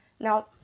Now